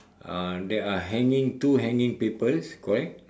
uh there are hanging two hanging papers correct